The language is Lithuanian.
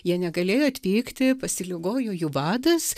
jie negalėjo atvykti pasiligojo jų vadas